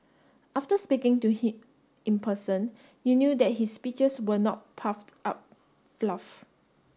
after speaking to him in person you knew that his speeches were not puffed up fluff